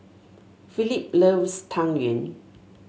Phillip loves Tang Yuen